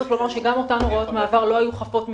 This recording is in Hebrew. צריך לומר שגם אותן הוראות מעבר לא היו חפות מקושי,